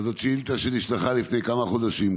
זאת שאילתה שנשלחה כבר לפני כמה חודשים,